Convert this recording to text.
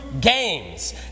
games